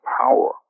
power